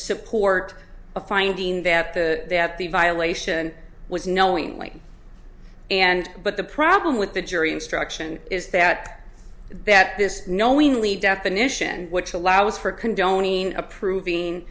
support a finding that the that the violation was knowingly and but the problem with the jury instruction is that that this knowingly definition which allows for condoning approving